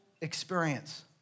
experience